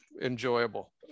enjoyable